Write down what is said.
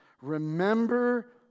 remember